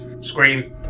Scream